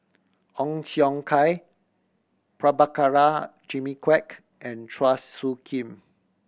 Ong Siong Kai Prabhakara Jimmy Quek and Chua Soo Khim